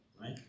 right